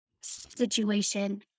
situation